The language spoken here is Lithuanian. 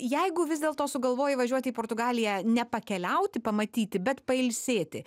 jeigu vis dėlto sugalvojai važiuoti į portugaliją ne pakeliauti pamatyti bet pailsėti